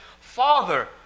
Father